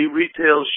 retail